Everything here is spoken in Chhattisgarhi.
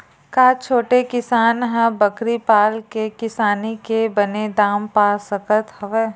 का छोटे किसान ह बकरी पाल के किसानी के बने दाम पा सकत हवय?